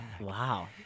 Wow